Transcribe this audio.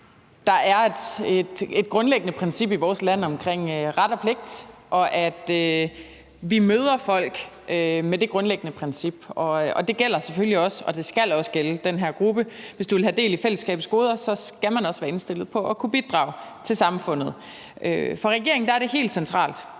Der er et grundlæggende princip i vores land omkring ret og pligt, og vi møder folk med det grundlæggende princip, og det gælder selvfølgelig også, og det skal også gælde, den her gruppe. Hvis du vil have del i fællesskabets goder, skal du også være indstillet på at kunne bidrage til samfundet. For regeringen er det helt centralt